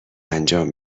انجام